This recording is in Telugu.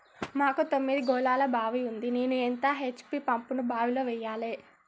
మాకు తొమ్మిది గోళాల బావి ఉంది నేను ఎంత హెచ్.పి పంపును బావిలో వెయ్యాలే?